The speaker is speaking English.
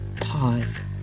pause